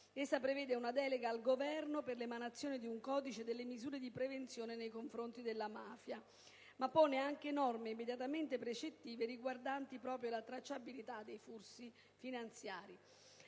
Essa prevede una delega al Governo per l'emanazione di un codice delle misure di prevenzione nei confronti della mafia, ma pone anche norme immediatamente precettive riguardanti proprio la tracciabilità dei flussi finanziari.